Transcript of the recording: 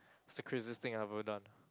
what's the craziest thing I've ever done